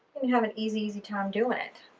then you have an easy, easy time doing it.